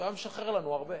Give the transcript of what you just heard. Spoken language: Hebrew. כי הוא היה משחרר לנו הרבה.